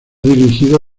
dirigido